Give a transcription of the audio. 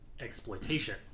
exploitation